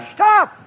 Stop